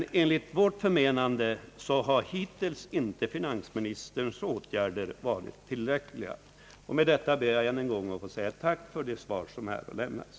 Enligt vårt förmenande har emellertid finansministerns åtgärder hittills inte varit tillräckliga. Med detta ber jag att än en gång få säga ett tack för det svar som har lämnats.